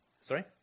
Sorry